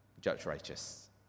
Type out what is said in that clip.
judge-righteous